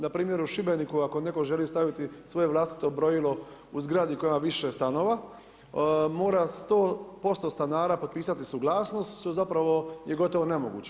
Npr. u Šibeniku ako netko želi staviti svoje vlastito brojilo u zgradi koja ima više stanova, mora 100% stanara potpisati suglasnost što je zapravo je gotovo nemoguće.